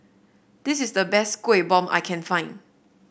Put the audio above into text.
this is the best Kueh Bom I can find